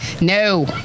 No